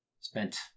spent